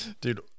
Dude